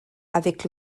avec